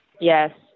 Yes